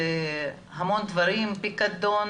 אז כשיש פיקדון